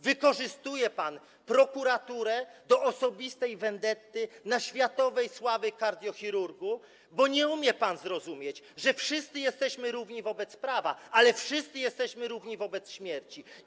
Wykorzystuje pan prokuraturę do osobistej wendety na światowej sławy kardiochirurgu, bo nie umie pan zrozumieć, że wszyscy jesteśmy równi wobec prawa, ale wszyscy jesteśmy równi wobec śmierci.